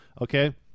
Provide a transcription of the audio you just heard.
okay